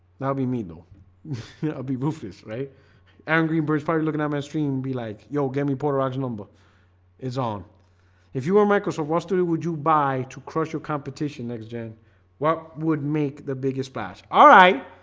and be me know i'll be rufus right angry birds partly looking at my stream be like yo gimme polarizer number is on if you were microsoft what story would you buy to crush your competition next-gen? what would make the biggest part? alright,